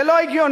זה לא הגיוני,